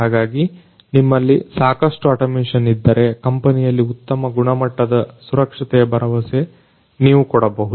ಹಾಗಾಗಿ ನಿಮ್ಮಲ್ಲಿ ಸಾಕಷ್ಟು ಅಟೋಮೇಶನ್ ಇದ್ದರೆ ಕಂಪನಿಯಲ್ಲಿ ಉತ್ತಮ ಮಟ್ಟದ ಸುರಕ್ಷತೆಯ ಭರವಸೆಯನ್ನು ನೀವು ಹೊಂದಬಹುದು